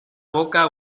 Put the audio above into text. boca